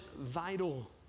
vital